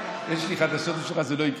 יש לי חדשות בשבילך, זה לא יקרה,